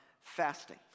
fasting